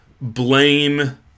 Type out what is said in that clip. blame